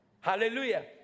Hallelujah